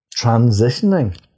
transitioning